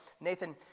Nathan